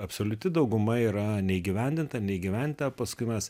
absoliuti dauguma yra neįgyvendinta negyventa paskui mes